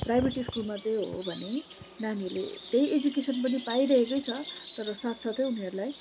private स्कुलमा चाहिँ हो भने नानीहरूले त्यही एजुकेसन पनि पाइरहेकै छ तर साथसाथै उनीहरूलाई